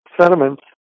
sediments